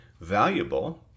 valuable